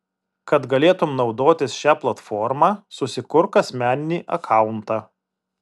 kad galėtum naudotis šia platforma susikurk asmeninį akauntą